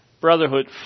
brotherhood